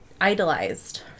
idolized